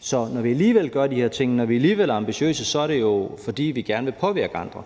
Så når vi alligevel gør de her ting, når vi alligevel er ambitiøse, er det jo, fordi vi gerne vil påvirke andre,